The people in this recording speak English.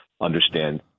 understand